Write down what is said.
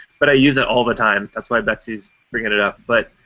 but i use it all the time. that's why betsy is bringing it up. but